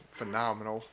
phenomenal